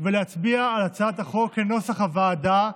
ולהצביע על הצעת החוק כנוסח הוועדה,